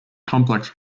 complex